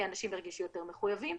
כי אנשים ירגישו יותר מחויבים,